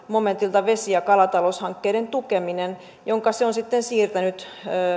momentilta vesi ja kalataloushankkeiden tukeminen miljoona euroa jonka se on sitten siirtänyt